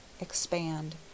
Expand